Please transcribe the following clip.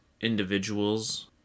individuals